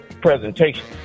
presentation